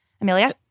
Amelia